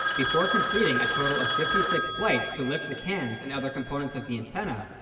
before completing a total of fifty six flights to lift the cans and other components of the antenna,